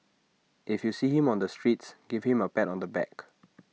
if you see him on the streets give him A pat on the back